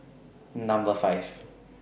Number five